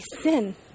sin